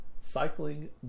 Cycling